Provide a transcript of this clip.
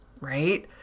right